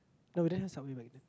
no we didn't have Subway back then